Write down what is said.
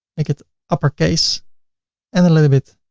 make it uppercase and a little bit